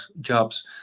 Jobs